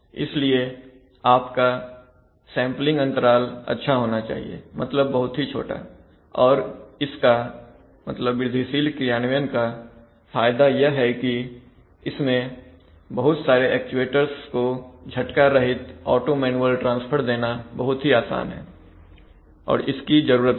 इसलिए आपका सेंपलिंग अंतराल अच्छा होना चाहिए मतलब बहुत ही छोटा और इसका वृद्धिशील क्रियान्वयन का फायदा यह है कि इसमें बहुत सारे एक्चुएटर्स को झटकारहित ऑटो मैनुअल ट्रांसफर देना बहुत ही आसान है और इसकी जरूरत भी है